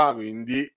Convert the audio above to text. quindi